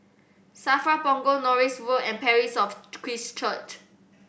SAFRA Punggol Norris Road and Parish of Christ Church